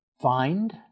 Find